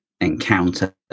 encounter